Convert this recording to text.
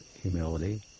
humility